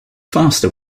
faster